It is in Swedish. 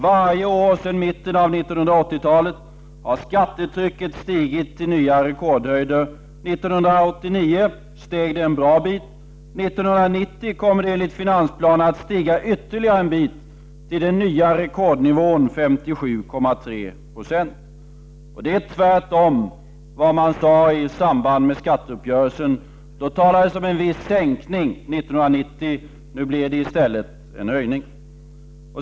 Varje år sedan mitten av 1980-talet har skattetrycket stigit till nya rekordhöjder. 1989 steg det en bra bit. 1990 kommer det enligt finansplanen att stiga ytterligare en bit till den nya rekordnivån 57,3 20. Detta är tvärtom i förhållande till vad man sade i samband med skatteuppgörelsen. Då talades om en viss sänkning 1990. Nu blir det i stället en höjning.